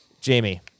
Jamie